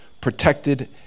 protected